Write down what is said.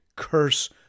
Curse